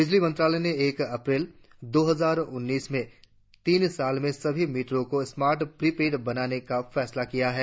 बिजली मंत्रालय ने एक अप्रैल दो हजार उन्नीस में तीन साल में सभी मीटरों को स्मार्ट प्रीपेड बनाने का फैसला किया है